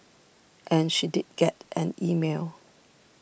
and she did get an email